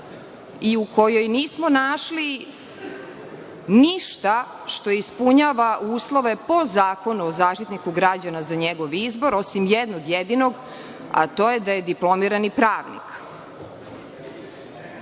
i u kojoj nismo našli ništa što ispunjava uslove po Zakonu o zaštitniku građana za njegov izbor, osim jednog jedinog, a to je da je diplomirani pravnik. Tri